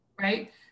right